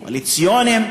קואליציוניים,